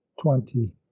twenty